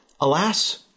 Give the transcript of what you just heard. alas